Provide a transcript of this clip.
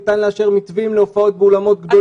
ניתן לאשר מתווים להופעות באולמות גדולים.